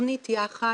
תכנית 'יחד'